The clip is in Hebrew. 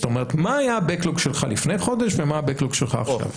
זאת אומרת מה היה ה-backlog שלך לפני חודש ומה ה-backlog שלך עכשיו?